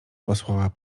posłała